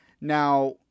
Now